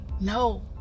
No